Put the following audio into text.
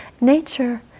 Nature